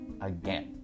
again